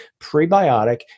Prebiotic